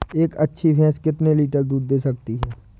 एक अच्छी भैंस कितनी लीटर दूध दे सकती है?